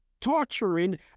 torturing